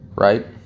Right